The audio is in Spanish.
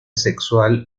sexual